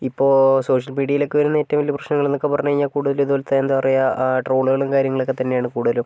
ഇപ്പോൾ സോഷ്യൽ മീഡിയയിലക്കെ വരുന്ന ഏറ്റവും വലിയ പ്രശ്നങ്ങൾന്നക്കെ പറഞ്ഞ് കഴിഞ്ഞാൽ കൂടുതലും ഇതുപോലത്തെ എന്താ പറയാ ട്രോളുകളും കാര്യങ്ങളൊക്കെ തന്നെയാണ് കൂടുതലും